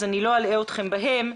בבקשה.